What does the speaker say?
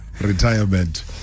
retirement